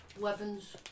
weapons